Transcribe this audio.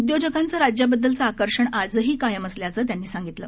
उद्योजकांचं राज्याबद्दलचं आकर्षण आजही कायम असल्याचं त्यांनी सांगितलं